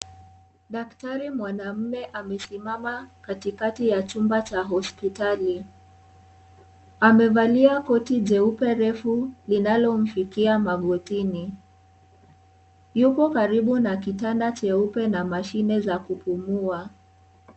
Daktari mwanaume amesimama katikati ya chumba cha hospitali . Amevalia koti jeupe refu linalomfikia magotini . Yuko karibu na kitanda cheupe na mashine za kupumua .